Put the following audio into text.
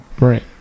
right